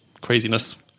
craziness